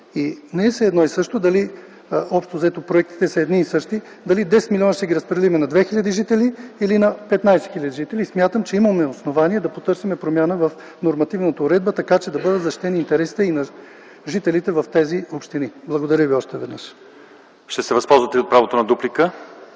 Не е все едно и също, макар общо взето проектите да са едни и същи, дали 10 милиона ще ги разпределим на 2 хил. жители или на 15 хил. жители. Смятам, че имаме основание да потърсим промяна в нормативната уредба, така че да бъдат защитени интересите на жителите в тези общини. Благодаря Ви още веднъж. МИХАИЛ МИКОВ (КБ, от място): От група!